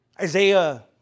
Isaiah